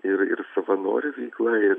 ir ir savanorių veikla ir